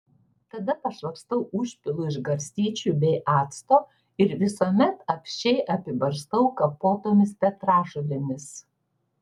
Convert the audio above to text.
tada pašlakstau užpilu iš garstyčių bei acto ir visuomet apsčiai apibarstau kapotomis petražolėmis